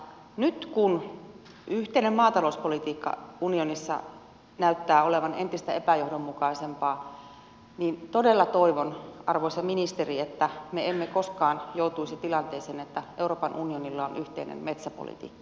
nyt kun yhteinen maatalouspolitiikka unionissa näyttää olevan entistä epäjohdonmukaisempaa niin todella toivon arvoisa ministeri että me emme koskaan joutuisi tilanteeseen että euroopan unionilla on yhteinen metsäpolitiikka